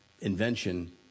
invention